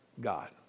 God